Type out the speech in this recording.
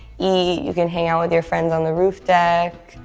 you can hang out with your friends on the roof deck.